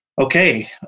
okay